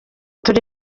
turi